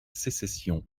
sécession